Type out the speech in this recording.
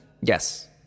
Yes